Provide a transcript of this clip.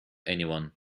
anyone